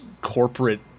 corporate